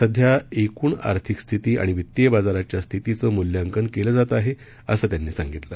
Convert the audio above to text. सध्या एकूण आर्थिक स्थिती आणि वित्तीय बाजाराच्या स्थितीचं मुल्यांकन केलं जात आहे असं त्यांनी सांगितलं